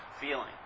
feeling